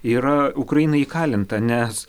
yra ukraina įkalinta nes